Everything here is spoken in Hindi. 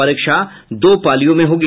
परीक्षा दो पालियों में होगी